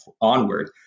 onward